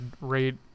rate